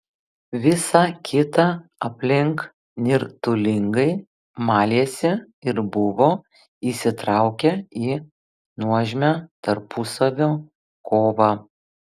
visa kita aplink nirtulingai malėsi ir buvo įsitraukę į nuožmią tarpusavio kovą